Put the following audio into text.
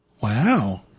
Wow